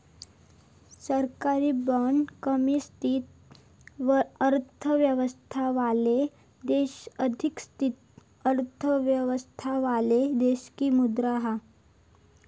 सरकारी बाँड कमी स्थिर अर्थव्यवस्थावाले देश अधिक स्थिर अर्थव्यवस्थावाले देशाची मुद्रा हा